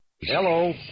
Hello